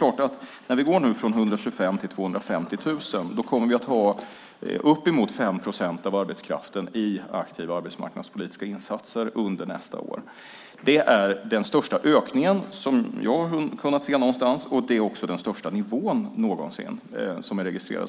När vi nu går från 125 000 till 250 000 kommer vi att ha uppemot 5 procent av arbetskraften i aktiva arbetsmarknadspolitiska insatser under nästa år. Det är den största ökningen som jag har kunnat se någonstans. Det är också den högsta nivån någonsin som är registrerad.